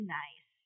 nice